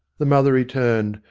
the mother returned,